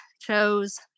chose